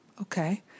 Okay